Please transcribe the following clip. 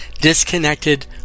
disconnected